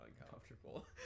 uncomfortable